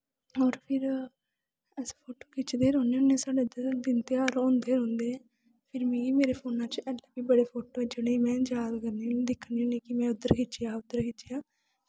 होर फिर अस फोटो खिचदे गै रौह्न्ने होन्नें साढ़ै उद्धर दिन तेहार होंदे गै रौंह्दे फिर में मेरै फोनै च अजैं बी बड़े फोटो जि'नें गी में जाद करनी होन्नीं दिक्खनी होन्नीं कि में उद्धर खिच्चेआ हा उद्धर खिच्चेआ हा